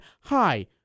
Hi